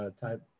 type